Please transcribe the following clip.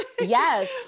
yes